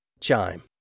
Chime